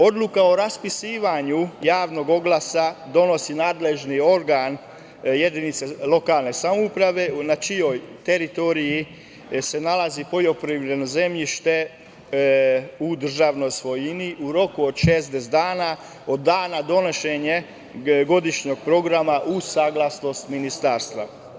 Odluku o raspisivanju javnog oglasa donosi nadležni organ jedinice lokalne samouprave na čijoj teritoriji se nalazi poljoprivredno zemljište u državnoj svojini u roku u 60 dana od dana donošenja godišnjeg programa uz saglasnost ministarstva.